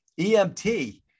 EMT